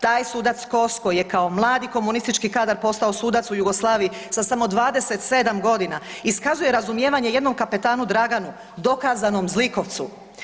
Taj sudac Kos koji je kao mladi komunistički kadar postao sudac u Jugoslaviji sa samo 27 godina iskazuje razumijevanje jednom kapetanu Draganu, dokazanom zlikovcu.